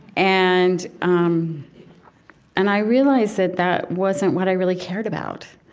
and um and i realized that that wasn't what i really cared about.